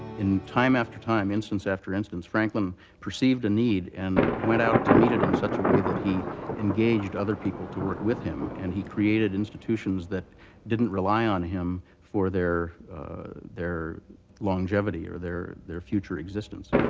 in time after time, instance after instance, franklin perceived a need and went out to meet it in such a way that he engaged other people to work with him, and he created institutions that didn't rely on him for their their longevity or their their future existence.